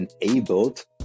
enabled